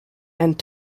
and